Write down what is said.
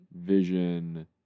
Vision